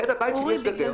על יד הבית שלי יש גדר,